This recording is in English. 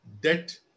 debt